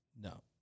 No